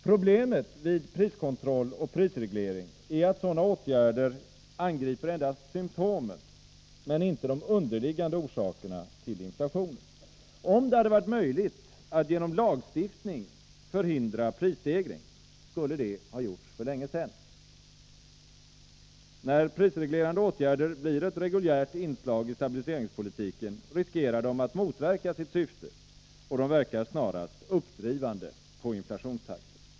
Problemet vid priskontroll och prisreglering är att sådana åtgärder angriper endast symtomen men inte de underliggande orsakerna till inflationen. Om det hade varit möjligt att genom lagstiftning förhindra prisstegring, skulle det ha gjorts för länge sedan. När prisreglerande åtgärder blir ett reguljärt inslag i stabiliseringspolitiken, riskerar de att motverka sitt syfte och verkar snarast uppdrivande på inflationstakten.